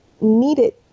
needed